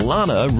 Lana